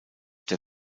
der